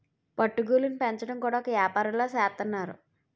పట్టు గూళ్ళుని పెంచడం కూడా ఒక ఏపారంలా సేత్తన్నారు